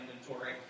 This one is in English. inventory